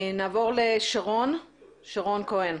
נעבור לשרון כהן,